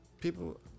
people